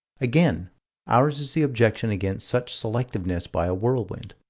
again ours is the objection against such selectiveness by a whirlwind.